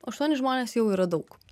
aštuoni žmonės jau yra daug